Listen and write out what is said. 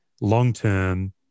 long-term